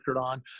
on